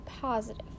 positive